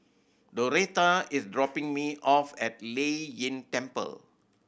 Doretha is dropping me off at Lei Yin Temple